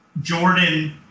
Jordan